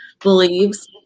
believes